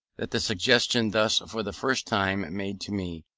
that the suggestion thus for the first time made to me,